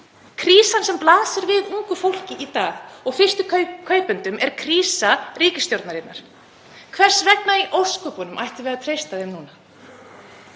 Krísan sem blasir við ungu fólki í dag og fyrstu kaupendum er krísa ríkisstjórnarinnar. Hvers vegna í ósköpunum ættum við að treysta þeim núna?